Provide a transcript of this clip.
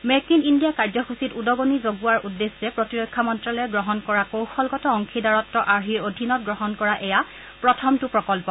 make in India কাৰ্যসূচীত উদগণি যোগোৱাৰ উদ্দেশ্যে প্ৰতিৰক্ষা মন্তালয়ে গ্ৰহণ কৰা কৌশলগত অংশীদাৰত্ব আৰ্হিৰ অধীনত গ্ৰহণ কৰা এয়া প্ৰথমটো প্ৰকল্প